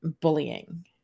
bullying